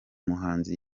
muhanzi